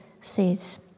says